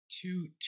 Two